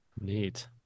Neat